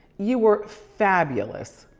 you were fabulous.